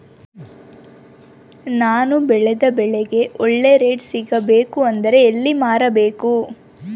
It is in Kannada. ನಾನು ಬೆಳೆದ ಬೆಳೆಗೆ ಒಳ್ಳೆ ರೇಟ್ ಸಿಗಬೇಕು ಅಂದ್ರೆ ಎಲ್ಲಿ ಮಾರಬೇಕು?